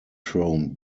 chromed